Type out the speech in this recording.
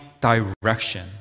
direction